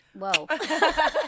Whoa